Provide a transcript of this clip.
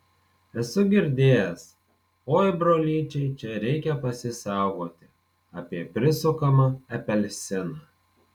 esu girdėjęs oi brolyčiai čia reikia pasisaugoti apie prisukamą apelsiną